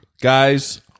Guys